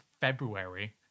february